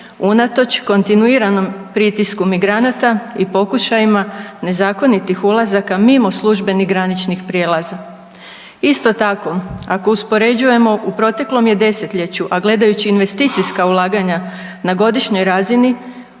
unatoč kontinuiranom pritisku migranata i pokušajima nezakonitih ulazaka mimo službenih graničnih prijelaza. Isto tako ako uspoređujemo u proteklom je desetljeću, a gledajući investicijska ulaganja na godišnjoj razini